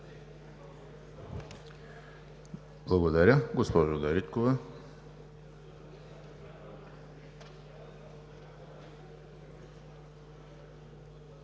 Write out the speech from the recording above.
Благодаря. Госпожо Дариткова.